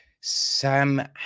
Sam